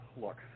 look